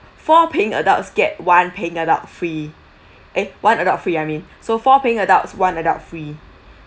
four paying adults get one paying adult free eh one adult free I mean so four paying adults one adult free